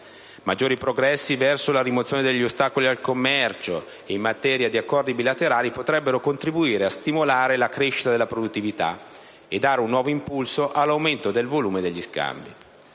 Maggiori progressi verso la rimozione degli ostacoli al commercio e in materia di accordi bilaterali potrebbero contribuire a stimolare la crescita della produttività e dare un nuovo impulso all'aumento del volume degli scambi.